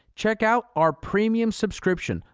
check out our premium subscription,